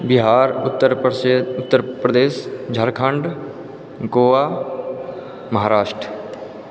Bihar Uttar Pradesh Uttar Pradesh Jharkhand Goa Maharashtra